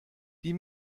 die